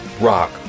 rock